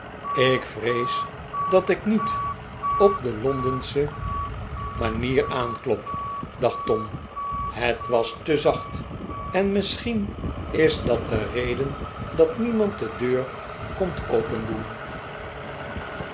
ik vrees dat ik niet op de londensche manier aanklop dacht tom het was te zacht en misschien is dat de reden dat niemand de deur komt opendoen